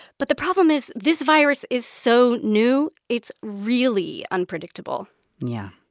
but the problem is this virus is so new it's really unpredictable yeah.